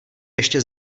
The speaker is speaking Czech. ještě